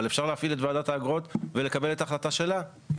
אבל אפשר להפעיל את ועדת האגרות ולקבל את ההחלטה שלה,